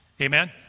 Amen